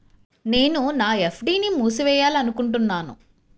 నేను నా ఎఫ్.డీ ని మూసివేయాలనుకుంటున్నాను